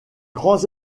grands